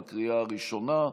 בקריאה הראשונה.